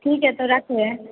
ठीक है तो रख रहे हैं